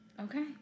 Okay